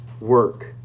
work